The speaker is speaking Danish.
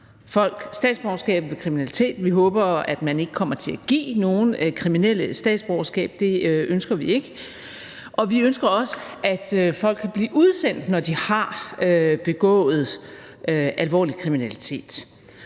statsborgerskabet ved kriminalitet. Vi håber, at man ikke kommer til at give nogen kriminelle statsborgerskab. Det ønsker vi ikke, og vi ønsker også, at folk kan blive udsendt, når de har begået alvorlig kriminalitet.